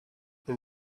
and